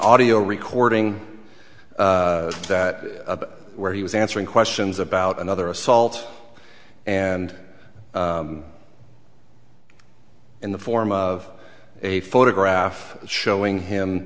audio recording that where he was answering questions about another assault and in the form of a photograph showing him